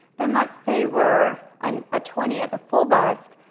then let's say we're and a twenty at the full bust,